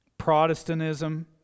Protestantism